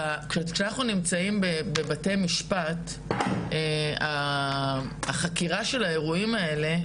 כשאנחנו נמצאים בבתי משפט החקירה של האירועים האלה,